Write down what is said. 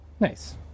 Nice